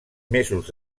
mesos